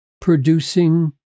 producing